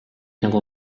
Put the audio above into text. nagu